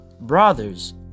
brothers